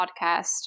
podcast